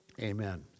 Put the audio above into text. amen